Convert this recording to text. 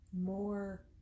More